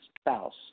spouse